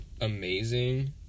amazing